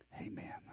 amen